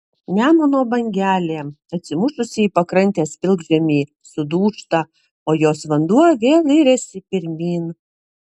nemuno bangelė atsimušusi į pakrantės pilkžemį sudūžta o jos vanduo vėl iriasi pirmyn